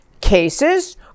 Cases